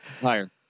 higher